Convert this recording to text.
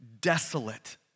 desolate